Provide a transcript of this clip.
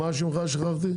מה שמך שכחתי?